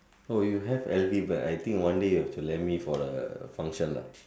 oh you have L_V bag I think one day you have to lend me for the function lah